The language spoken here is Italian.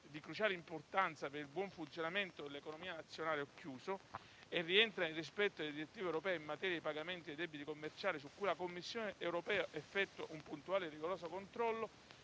di cruciale importanza per il buon funzionamento dell'economia nazionale e rientra nel rispetto delle direttive europee in materia di pagamenti dei debiti commerciali, su cui la Commissione europea effettua un puntuale e rigoroso controllo,